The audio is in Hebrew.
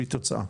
בלי תוצאה.